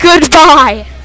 Goodbye